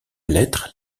lettre